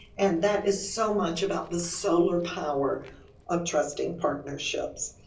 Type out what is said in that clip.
and that is so much about the solar power of trusting partnerships.